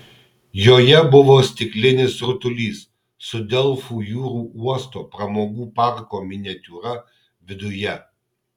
joje buvo stiklinis rutulys su delfų jūrų uosto pramogų parko miniatiūra viduje